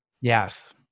Yes